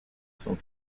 sont